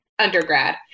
undergrad